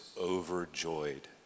overjoyed